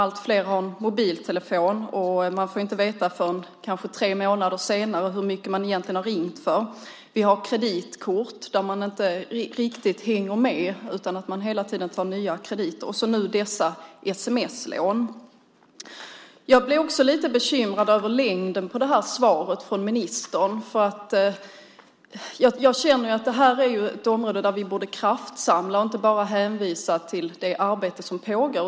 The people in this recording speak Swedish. Allt fler har en mobiltelefon, och man får inte veta hur mycket man egentligen har ringt för förrän kanske tre månader senare. Vi har kreditkort där man inte riktigt hänger med utan hela tiden tar nya krediter. Och nu har vi dessa sms-lån. Jag blir också lite bekymrad över längden på det här svaret från ministern. Jag tycker att detta är ett område där vi borde kraftsamla och inte bara hänvisa till det arbete som pågår.